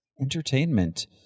entertainment